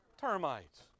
termites